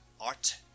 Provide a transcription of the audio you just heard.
Art